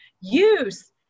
use